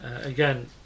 Again